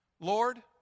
Lord